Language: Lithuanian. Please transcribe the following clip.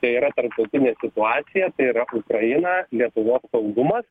tai yra tarptautinė situacija tai yra ukraina lietuvos saugumas